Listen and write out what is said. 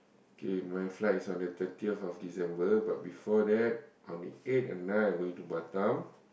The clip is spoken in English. okay my flight is on the thirtieth of December but before that on the eight and nine I am going to Batam